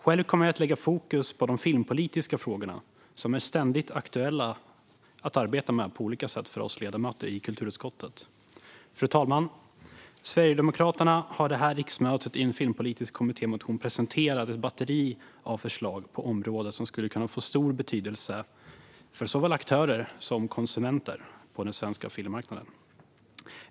Själv kommer jag att sätta fokus på de filmpolitiska frågorna, som är ständigt aktuella att arbeta med på olika sätt för oss ledamöter i kulturutskottet. Fru talman! Sverigedemokraterna har under det här riksmötet i en filmpolitisk kommittémotion presenterat ett batteri av förslag på området som skulle kunna få stor betydelse för såväl aktörer som konsumenter på den svenska filmmarknaden.